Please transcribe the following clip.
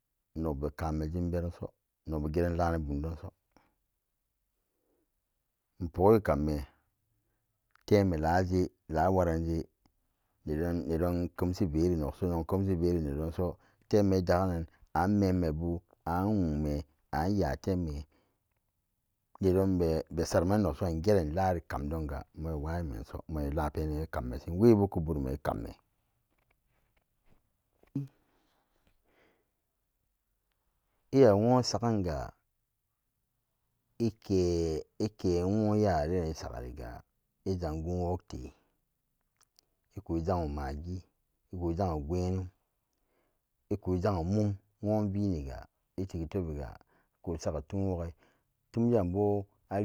Nog be kamme jim veran geran laana bym donso npoge kamme temme ikaje laawa ranje nedo nedon kemshi verinog so nog kemshi veeri nedonso temme daganan an memmebu an nwuume an yatteme dedon besaranan nvee kamme nperi kamdonga ma wa yinso ma me veran kammeso we boku burumi kamme iya woon sagan ga i ke i ke nwoon yaran den i sagariga i jang guun wogte i ku ja'anwo magi ku jangwo gunyenum i ku jangwo mum nwoon viniga itik shi tebiga iku sago tum wogai tumden boo